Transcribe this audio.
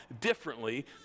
differently